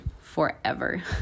forever